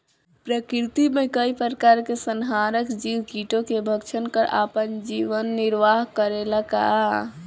प्रकृति मे कई प्रकार के संहारक जीव कीटो के भक्षन कर आपन जीवन निरवाह करेला का?